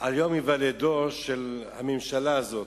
על יום היוולדה של הממשלה הזאת,